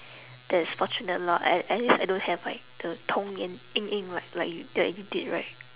that's fortunate lor a~ at least like I don't have like the 童年阴影 like like like you did right